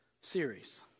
series